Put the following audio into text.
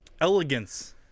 elegance